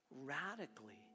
radically